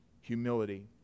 humility